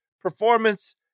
performance